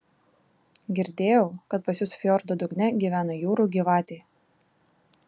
girdėjau kad pas jus fjordo dugne gyvena jūrų gyvatė